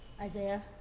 Isaiah